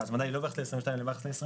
שההצמדה היא לא ביחס ל-22' אלא ביחס ל-2020,